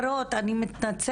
אני מבקשת